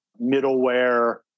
middleware